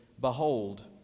behold